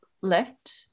left